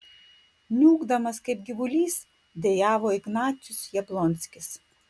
niūkdamas kaip gyvulys dejavo ignacius jablonskis